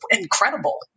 incredible